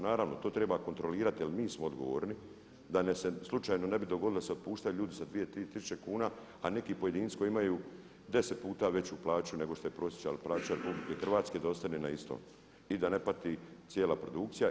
Naravno to treba kontrolirati jer mi smo odgovorni da nam se slučajno ne bi dogodilo da se otpuštaju ljudi sa 2, 3 tisuće kuna a neki pojedinci koji imaju 10 puta veću plaću nego što je prosječna plaća RH da ostane na istom i da ne pati cijela produkcija.